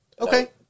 Okay